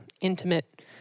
intimate